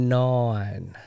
nine